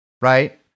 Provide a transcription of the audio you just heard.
right